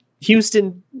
Houston